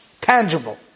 tangible